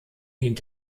dient